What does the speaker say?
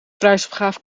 prijsopgave